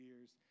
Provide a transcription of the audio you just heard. years